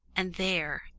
and there,